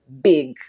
big